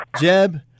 jeb